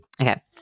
Okay